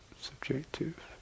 subjective